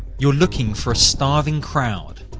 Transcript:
you're looking for a starving crowd.